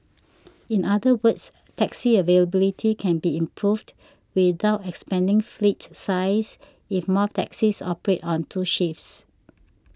in other words taxi availability can be improved without expanding fleet size if more taxis operate on two shifts